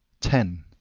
ten.